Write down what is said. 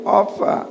offer